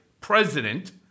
president